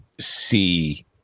see